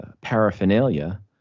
paraphernalia